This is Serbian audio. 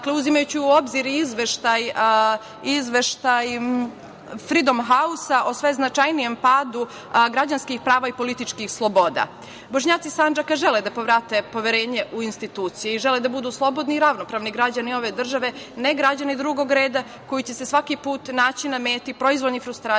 Dakle, uzimajući u obzir izveštaj „Freedom house“ o sve značajnijem padu građanskih prava i političkih sloboda. Bošnjaci Sandžaka žele da povrate poverenje u instituciji i žele da budu slobodni i ravnopravni građani ove države, ne građani drugog rada, koji će svaki put naći na meti proizvoljnih frustracija